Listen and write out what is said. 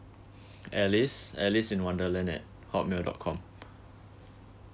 alice alice in wonderland at hotmail dot com